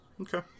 Okay